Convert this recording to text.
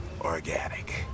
organic